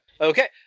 Okay